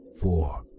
Four